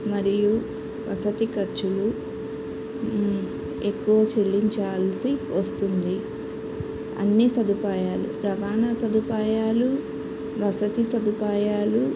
మరియు వసతి ఖర్చులు ఎక్కువ చెల్లించాల్సి వస్తుంది అన్ని సదుపాయాలు రవాణా సదుపాయాలు వసతి సదుపాయాలు